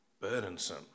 burdensome